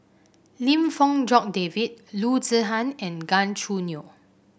Lim Fong Jock David Loo Zihan and Gan Choo Neo